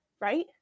right